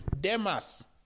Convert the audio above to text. Demas